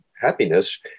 happiness